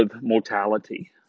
mortality